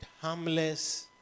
harmless